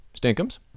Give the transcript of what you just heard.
stinkums